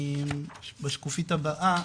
בשקופית הבאה,